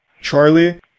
charlie